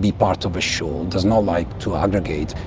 be part of a shoal, does not like to aggregate.